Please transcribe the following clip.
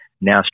now